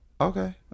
Okay